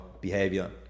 behavior